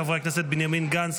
חברי הכנסת בנימין גנץ,